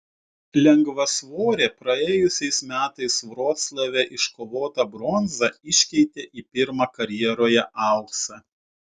lengvasvorė praėjusiais metais vroclave iškovotą bronzą iškeitė į pirmą karjeroje auksą